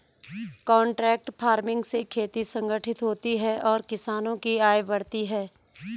contract farming से खेती संगठित होती है और किसानों की आय बढ़ती है